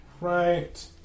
Right